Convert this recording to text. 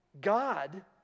God